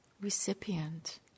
recipient